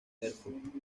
erfurt